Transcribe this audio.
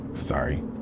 Sorry